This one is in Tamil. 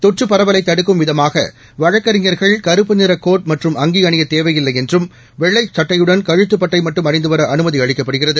தொற்று பரவலை தடுக்கும் விதமாக வழக்கறிஞர்கள் கறப்பு நிற கோட் மற்றும் அங்கி அணியத் தேவையில்லை என்றும் வெள்ளைச் சுட்டையுடன் கழுத்துப் பட்டை மட்டும் அணிந்து வர அனுமதி அளிக்கப்பட்டுள்ளது